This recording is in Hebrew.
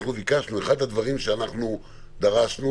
אחד הדברים שדרשנו